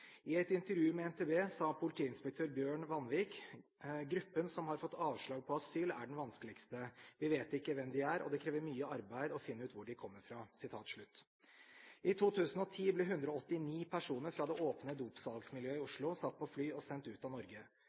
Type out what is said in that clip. I et intervju med NTB sa politiinspektør Bjørn Vandvik: «Gruppen som har fått avslag på asyl, er den vanskeligste. Vi vet ikke hvem de er, og det kreves mye arbeid å finne ut hvor de kommer fra.» I 2010 ble 189 personer fra det åpne dopsalgsmiljøet i Oslo satt på flyet og sendt ut av Norge.